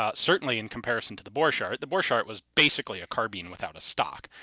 ah certainly in comparison to the borchardt, the borchardt was basically a carbine without a stock.